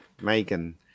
Megan